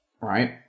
right